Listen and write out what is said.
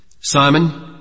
Simon